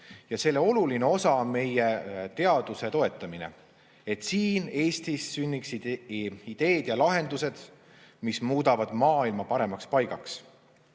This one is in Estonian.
Ja selle oluline osa on meie teaduse toetamine, et siin Eestis sünniksid ideed ja lahendused, mis muudavad maailma paremaks paigaks.